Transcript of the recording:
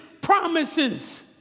promises